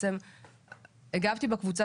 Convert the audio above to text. בעצם הגבתי בקבוצה.